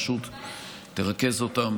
פשוט תרכז אותם,